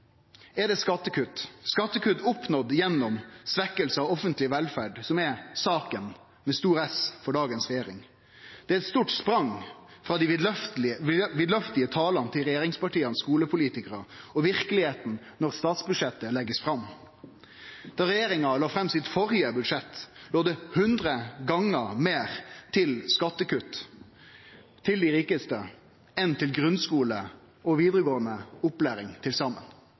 er det skattekutt – skattekutt oppnådd gjennom svekking av offentleg velferd – som er saka med stor S for dagens regjering. Det er eit stort sprang frå dei vidløftige talane til skulepolitikarane i regjeringspartia til verkelegheita når statsbudsjettet blir lagt fram. Da regjeringa la fram sitt førre budsjett, låg det hundre gonger meir til skattekutt til dei rikaste enn til grunnskule og vidaregåande opplæring til saman.